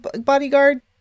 bodyguard